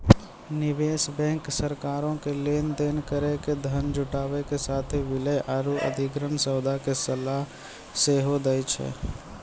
निवेश बैंक सरकारो के लेन देन करि के धन जुटाबै के साथे विलय आरु अधिग्रहण सौदा मे सलाह सेहो दै छै